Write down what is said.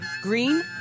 Green